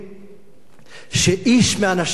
שאיש מהאנשים האלה לא הועמד לדין.